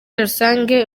rusange